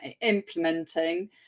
implementing